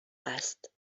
است